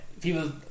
people